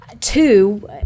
two